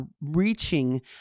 reaching